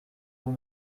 vous